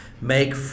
make